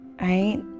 right